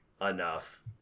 enough